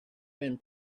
been